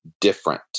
different